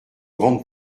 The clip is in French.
grande